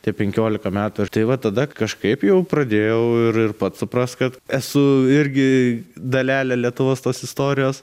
tie penkiolika metų ir tai va tada kažkaip jau pradėjau ir pats suprast kad esu irgi dalelė lietuvos tos istorijos